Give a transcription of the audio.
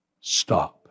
stop